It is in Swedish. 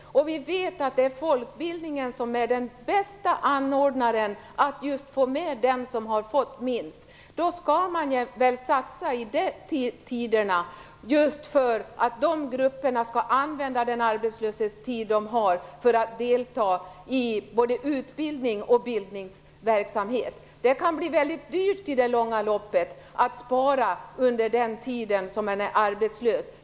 Vi vet att folkbildningen är bäst på att få med dem som har sämst utbildning. Man skall satsa i dessa tider just för att dessa människor skall använda sin arbetslöshetstid till att delta i både utbildning och bildningsverksamhet. I det långa loppet kan det bli mycket dyrt att spara under tider av arbetslöshet.